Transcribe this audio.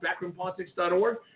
backroompolitics.org